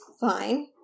fine